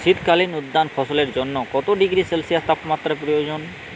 শীত কালীন উদ্যান ফসলের জন্য কত ডিগ্রী সেলসিয়াস তাপমাত্রা প্রয়োজন?